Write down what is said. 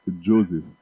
Joseph